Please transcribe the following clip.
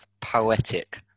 Poetic